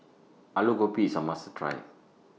Alu Gobi IS A must Try